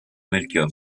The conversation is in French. melchior